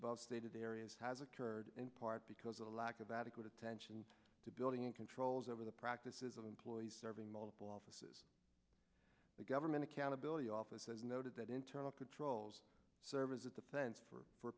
above stated the areas has occurred in part because of the lack of adequate attention to building controls over the practices of employees serving multiple offices the government accountability office as noted that internal controls service at the plants for for